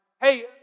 Hey